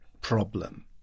problem